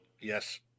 Yes